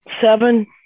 Seven